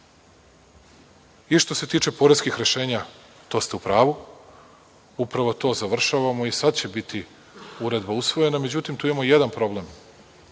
se tiče poreskih rešenja, to ste u pravu. Upravo to završavamo i sada će biti uredba usvojena. Međutim, tu imamo jedan problem,